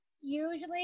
Usually